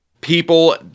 people